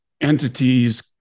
entities